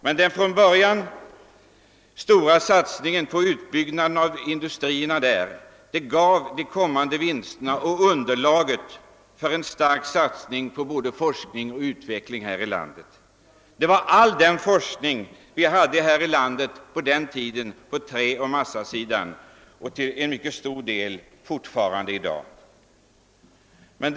Men den från början stora satsningen på utbyggnaden av industrierna i Norrland gav de kommande vinsterna och underlaget för en stark satsning på både forskning och utveckling här i landet. Det skapade förutsättningar för all den forskning vi hade här i landet på träoch massasidan på den tiden, och det gäller till mycket stor del även den forskning vi i dag har.